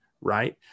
right